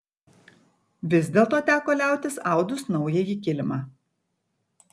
vis dėlto teko liautis audus naująjį kilimą